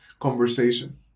conversation